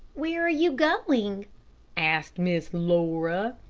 where are you going? asked miss laura.